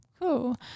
cool